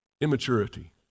immaturity